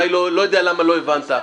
לא יודע למה לא הבנת,